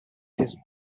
these